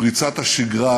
מפריצת השגרה,